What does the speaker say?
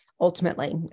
ultimately